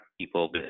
people